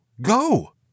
go